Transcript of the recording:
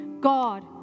God